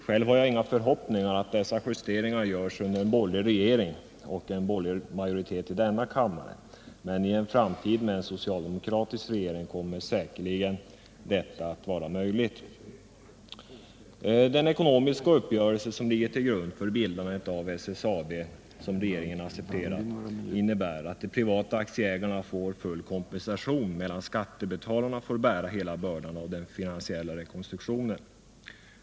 Själv har jag inga förhoppningar om att dessa justeringar görs under en borgerlig regering och en borgerlig majoritet i denna kammare, men i en framtid med en socialdemokratisk regering kommer detta säkerligen att vara möjligt. Den ekonomiska uppgörelse som ligger till grund för bildandet av SSAB och som regeringen accepterat innebär att de privata aktieägarna får full kompensation medan skattebetalarna får bära hela bördan i den finansiella rekonstruktionen.